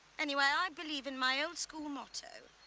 anyway, i believe in my old school motto,